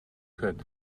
could